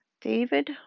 David